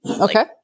Okay